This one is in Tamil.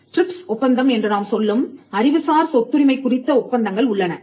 ட்ரிப்ஸ் ஒப்பந்தம் என்று நாம் சொல்லும் அறிவுசார் சொத்துரிமை குறித்த ஒப்பந்தங்கள் உள்ளன